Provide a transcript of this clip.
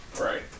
Right